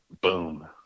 Boom